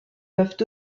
peuvent